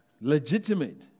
Legitimate